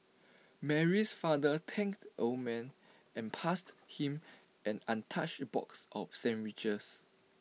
Mary's father thanked the old man and passed him an untouched box of sandwiches